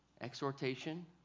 exhortation